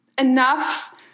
enough